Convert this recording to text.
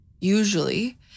Usually